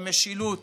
במשילות,